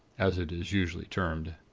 as it is usually termed.